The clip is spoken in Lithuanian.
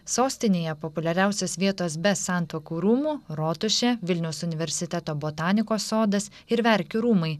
sostinėje populiariausios vietos be santuokų rūmų rotušė vilniaus universiteto botanikos sodas ir verkių rūmai